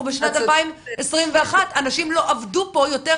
אנחנו בשנת 2021. אנשים לא עבדו פה יותר משנה,